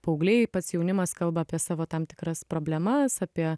paaugliai pats jaunimas kalba apie savo tam tikras problemas apie